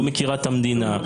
לא מכירה את המדינה.